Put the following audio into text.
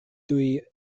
tuj